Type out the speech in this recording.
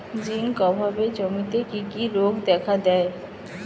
Zinc অভাবে জমিতে কি কি রোগ দেখাদেয়?